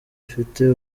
udafite